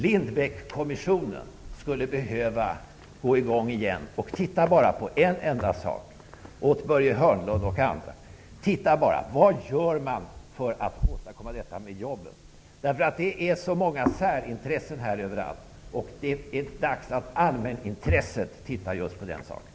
Lindbeckkommissionen behöva gå i gång igen för att titta på en enda sak åt Börje Hörnlund och andra, nämligen vad man gör för att åstadkomma jobb. Det finns så många särintressen här överallt. Det är dags att allmänintresset tittar på just den saken.